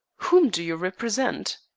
whom do you represent?